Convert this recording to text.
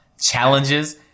challenges